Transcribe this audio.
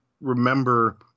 remember